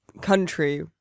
country